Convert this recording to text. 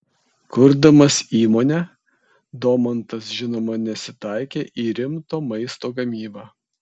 kurdamas įmonę domantas žinoma nesitaikė į rimto maisto gamybą